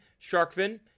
Sharkfin